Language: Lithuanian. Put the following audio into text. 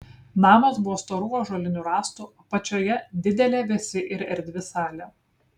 namas buvo storų ąžuolinių rąstų apačioje didelė vėsi ir erdvi salė